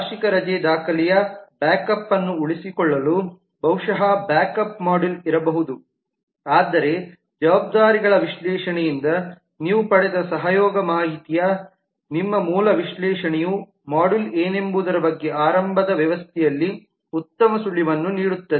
ವಾರ್ಷಿಕ ರಜೆ ದಾಖಲೆಯ ಬ್ಯಾಕಪ್ ಅನ್ನು ಉಳಿಸಿಕೊಳ್ಳಲು ಬಹುಶಃ ಬ್ಯಾಕಪ್ ಮಾಡ್ಯೂಲ್ ಇರಬಹುದು ಆದರೆ ಜವಾಬ್ದಾರಿಗಳ ವಿಶ್ಲೇಷಣೆಯಿಂದ ನೀವು ಪಡೆದ ಸಹಯೋಗ ಮಾಹಿತಿಯ ನಿಮ್ಮ ಮೂಲ ವಿಶ್ಲೇಷಣೆಯು ಮಾಡ್ಯೂಲ್ಗಳು ಏನೆಂಬುದರ ಬಗ್ಗೆ ಆರಂಭದ ವ್ಯವಸ್ಥೆಯಲ್ಲಿ ಉತ್ತಮ ಸುಳಿವನ್ನು ನೀಡುತ್ತದೆ